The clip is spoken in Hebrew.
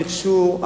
המכשור,